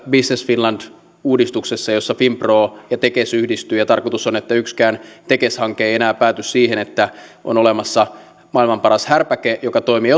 business finland uudistuksessa jossa finpro ja tekes yhdistyvät ja tarkoitus on että yksikään tekes hanke ei enää pääty siihen että on olemassa maailman paras härpäke joka toimii